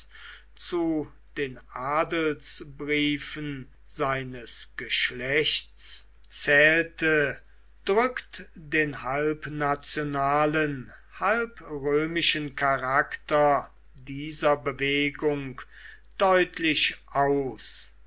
zu den adelsbriefen seines geschlechts zählte drückt den halb nationalen halb römischen charakter dieser bewegung deutlich aus